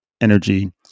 energy